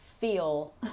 feel